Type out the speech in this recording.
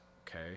Okay